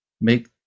make